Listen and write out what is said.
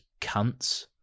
cunts